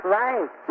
right